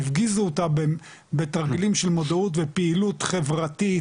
הפגיזו אותה בתרגילים של מודעות ופעילות חברתית,